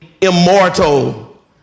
Immortal